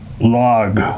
log